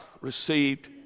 received